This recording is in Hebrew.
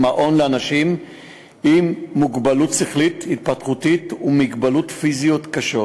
מעון לאנשים עם מוגבלות שכלית-התפתחותית ומגבלות פיזיות קשות.